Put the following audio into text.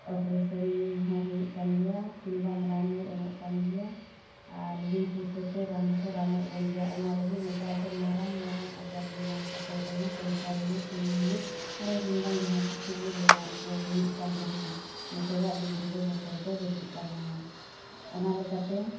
operation ᱦᱚᱸ ᱦᱩᱭᱩᱜ ᱠᱟᱱ ᱜᱮᱭᱟ ᱠᱤᱢᱵᱟ ᱨᱟᱱ ᱦᱚᱸᱭ ᱮᱢᱚᱜ ᱠᱟᱱ ᱜᱮᱭᱟ ᱟᱨ ᱵᱤᱱ ᱯᱩᱭᱥᱟ ᱛᱮ ᱨᱟᱱ ᱦᱚᱸᱠᱚ ᱨᱟᱱᱮᱜ ᱵᱚᱱ ᱜᱮᱭᱟ ᱚᱱᱟ ᱞᱟᱹᱜᱤᱫ ᱱᱮᱛᱟᱨ ᱫᱚ ᱢᱟᱨᱟᱝ ᱢᱟᱨᱟᱝ ᱟᱡᱟᱨ ᱵᱤᱢᱟᱨ ᱠᱟᱛᱮᱫ ᱨᱮᱦᱚᱸ ᱠᱮᱱᱥᱟᱨ ᱦᱩᱭᱩᱜ ᱴᱤᱵᱷᱤ ᱦᱩᱭᱩᱜ ᱟᱨᱚ ᱠᱤᱢᱵᱟ ᱡᱟᱦᱟᱸ ᱠᱤᱪᱷᱩᱜᱮ ᱵᱤᱢᱟᱨ ᱠᱚ ᱦᱩᱭᱩᱜ ᱠᱟᱱ ᱨᱮᱦᱚᱸ ᱱᱤᱛᱚᱜᱟᱜ ᱫᱤᱱ ᱨᱮᱫᱚ ᱵᱚᱛᱚᱨ ᱫᱚ ᱵᱟᱹᱪᱩᱜ ᱛᱟᱵᱚᱱᱟ ᱚᱱᱟ ᱞᱮᱠᱟᱛᱮ